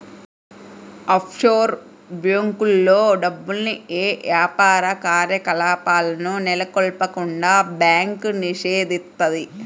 offshore బ్యేంకుల్లో డబ్బుల్ని యే యాపార కార్యకలాపాలను నెలకొల్పకుండా బ్యాంకు నిషేధిత్తది